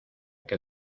que